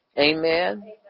Amen